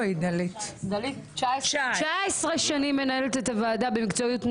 19 שנים מנהלת את הוועדה במקצועיות,